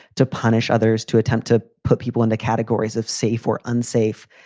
to punish others, to attempt to put people into categories of safe or unsafe,